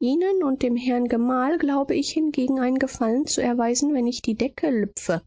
ihnen und dem herrn gemahl glaube ich hingegen einen gefallen zu erweisen wenn ich die decke lüpfe